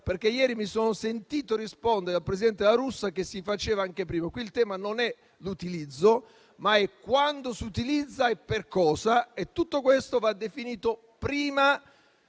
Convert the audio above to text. perché ieri mi sono sentito rispondere dal presidente La Russa che si faceva anche prima. Qui il tema non è l'utilizzo di tale strumento, ma quando si utilizza e per cosa. Tutto questo va definito prima